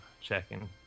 Checking